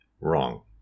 wrong